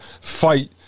fight